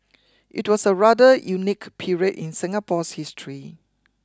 it was a rather unique period in Singapore's history